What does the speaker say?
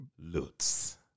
Lutz